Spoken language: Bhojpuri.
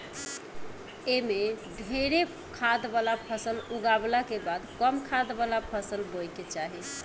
एमे ढेरे खाद वाला फसल उगावला के बाद कम खाद वाला फसल बोए के चाही